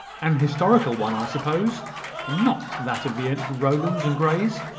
an historical one, i suppose, and not that of the rowlands and greys.